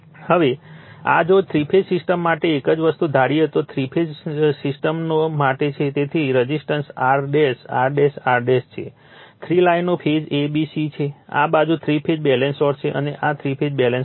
હવે આ જો થ્રી ફેઝ સિસ્ટમ માટે એ જ વસ્તુ ધારી લો કે થ્રી ફેઝની સિસ્ટમો માટે છે તેથી રઝિસ્ટન્સ R R R છે થ્રી લાઈનો ફેઝ a b c છે આ બાજુ થ્રી ફેઝ બેલેન્સ સોર્સ છે અને આ થ્રી ફેઝ બેલેન્સ લોડ છે